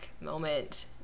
moment